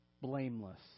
blameless